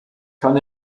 kann